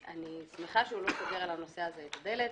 אני שמחה שהוא לא סוגר על הנוסע הזה את הדלת.